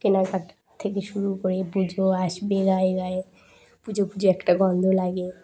কেনাকাটা থেকে শুরু করে পুজো আসবে গায়ে গায়ে পুজো পুজো একটা গন্ধ লাগে